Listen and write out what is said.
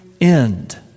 end